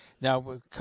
Now